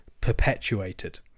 perpetuated